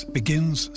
begins